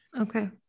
Okay